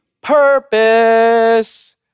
purpose